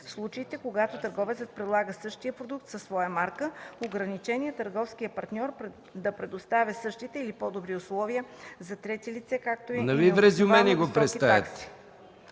в случаите когато търговецът предлага същия продукт със своя марка; ограничения търговският партньор да предоставя същите или по-добри условия на трети лица, както и необосновано високи такси.